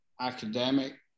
academic